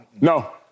No